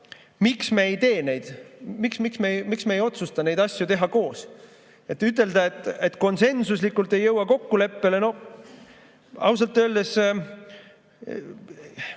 et ma ei saa aru, miks me ei otsusta neid asju teha koos. Ütelda, et konsensuslikult ei jõuta kokkuleppele – no ausalt öeldes,